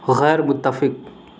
غیر متفق